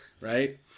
right